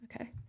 Okay